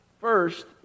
First